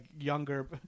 younger